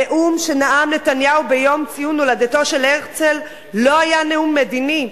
הנאום שנאם נתניהו בציון יום הולדתו של הרצל לא היה נאום מדיני,